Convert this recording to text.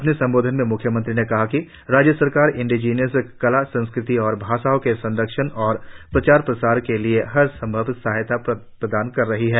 अपने संबोधन में म्ख्यमंत्री ने कहा कि राज्य सरकार इंडिजिनस कला संस्कृति और भाषा के संरक्षण और प्रचार प्रसार के लिए हर संभव सहायता उपलब्ध करा रही है